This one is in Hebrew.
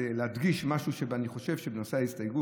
להדגיש משהו בנושא, ואני חושב שההסתייגות